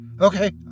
Okay